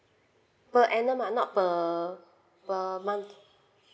per annum uh not per per month